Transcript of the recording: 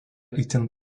itin